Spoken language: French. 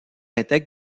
intègre